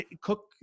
cook